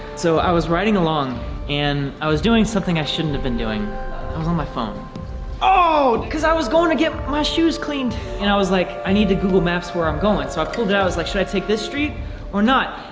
so i was riding along and i was doing something i shouldn't have been doing i was on my phone oh cuz i was going to get my shoes cleaned and i was like, i need the google maps where i'm going so i pulled i i was like should i take this street or not?